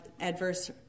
adverse